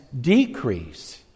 decrease